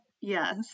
Yes